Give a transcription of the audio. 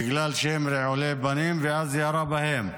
בגלל שהיו רעולי פנים, ואז ירה בהם.